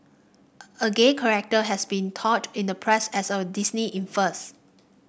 a gay character has been touted in the press as a Disney in first